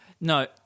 No